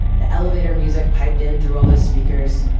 the elevator music piped in through all those speakers.